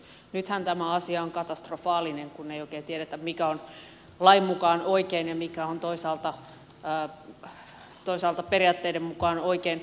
nythän tämä asia on katastrofaalinen kun ei oikein tiedetä mikä on lain mukaan oikein ja mikä on toisaalta periaatteiden mukaan oikein